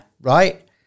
Right